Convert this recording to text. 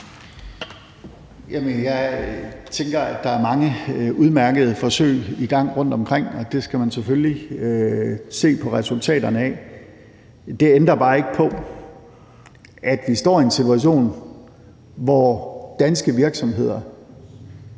jeg tænker, at der er mange udmærkede forsøg i gang rundtomkring, og det skal man selvfølgelig se på resultaterne af. Det ændrer bare ikke på, at vi står i en situation, hvor danske virksomheder